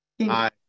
Hi